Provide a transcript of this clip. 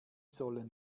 sollen